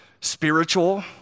spiritual